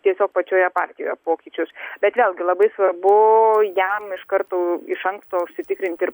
tiesiog pačioje partijoje pokyčius bet vėlgi labai svarbu jam iš karto iš anksto užsitikrinti ir